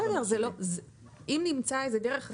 אולי נמצא דרך אחרת,